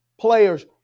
players